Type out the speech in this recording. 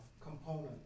component